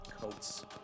coats